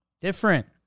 Different